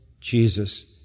Jesus